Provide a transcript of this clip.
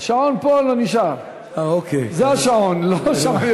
השעון פה, על הנישה, זה השעון, לא שם.